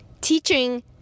teaching